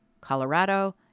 Colorado